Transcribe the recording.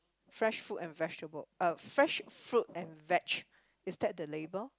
fresh fruit and vegetable uh fresh fruit and veg~ is that the label